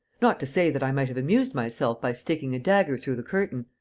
not to say that i might have amused myself by sticking a dagger through the curtain.